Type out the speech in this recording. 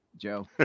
Joe